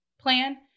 plan